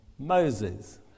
Moses